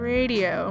Radio